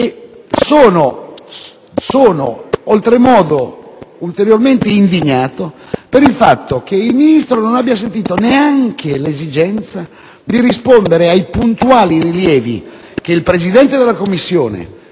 Sono oltremodo ulteriormente indignato per il fatto che il Ministro non abbia sentito neanche l'esigenza di rispondere ai puntuali rilievi che il Presidente della Commissione,